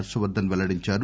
హర్షవర్ధన్ పెల్లడించారు